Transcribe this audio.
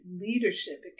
leadership